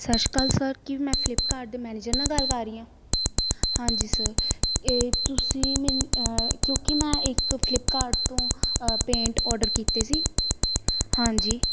ਸਤਿ ਸ਼੍ਰੀ ਅਕਾਲ ਸਰ ਕੀ ਮੈਂ ਫਿਲਿਪਕਾਰਡ ਦੇ ਮੈਨੇਜਰ ਨਾਲ ਗੱਲ ਕਰ ਰਹੀ ਹਾਂ ਹਾਂਜੀ ਸਰ ਇਹ ਤੁਸੀਂ ਮੈਨ ਕਿਉਂਕਿ ਮੈਂ ਇੱਕ ਫਲਿਪਕਾਰਡ ਤੋਂ ਪੇਂਟ ਔਡਰ ਕੀਤੇ ਸੀ ਹਾਂਜੀ